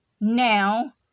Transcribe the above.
Now